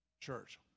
church